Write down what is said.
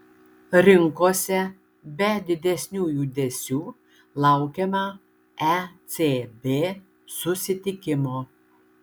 rinkose be didesnių judesių laukiama ecb susitikimo